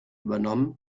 übernommen